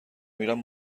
میرم